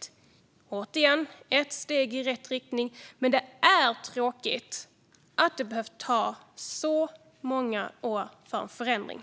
Det är återigen ett steg i rätt riktning, men det är tråkigt att det har behövt ta så många år att få en förändring.